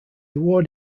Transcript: award